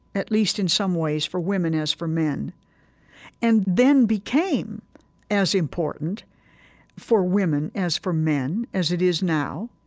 at least in some ways, for women as for men and then became as important for women as for men, as it is now,